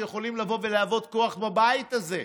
שיכולים לבוא ולהוות כוח בבית הזה.